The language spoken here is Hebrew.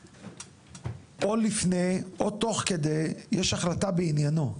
או לפני, או תוך כדי, יש החלטה בעניינו,